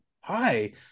hi